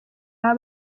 baba